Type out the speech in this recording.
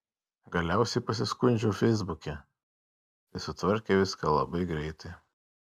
galiausiai pasiskundžiau feisbuke tai sutvarkė viską labai greitai